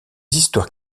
histoires